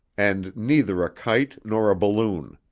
and neither a kite nor a balloon.